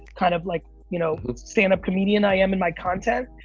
kind of, like you know standup comedian i am in my content.